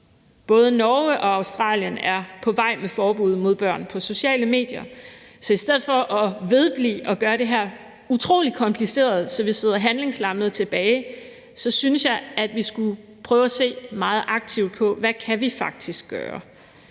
Både Norge og Australien er på vej med forbud mod børn på sociale medier. Så i stedet for at vedblive med at gøre det her utrolig kompliceret, så vi sidder handlingslammede tilbage, synes jeg, at vi skulle prøve at se meget aktivt på, hvad vi rent faktisk kan gøre.